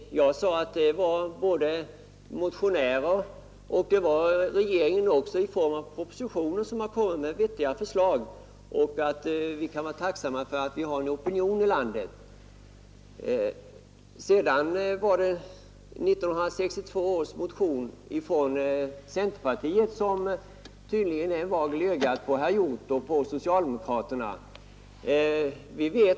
Jag nämnde att både motionärer och regeringen i form av propositioner har framfört vettiga förslag samt att vi kan vara tacksamma för att vi har en opinion i landet. En motion från centerpartiet år 1962 var tydligen en nagel i ögat på herr Hjorth och socialdemokraterna.